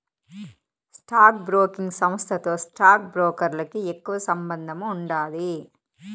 stock broking సంస్థతో stock బ్రోకర్లకి ఎక్కువ సంబందముండాది